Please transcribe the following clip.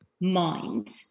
mind